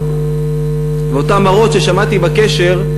ואותם מראות ששמעתי בקשר,